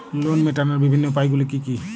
Loan মেটানোর বিভিন্ন উপায়গুলি কী কী?